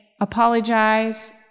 apologize